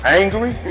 angry